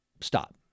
Stop